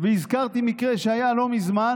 והזכרתי מקרה שהיה לא מזמן,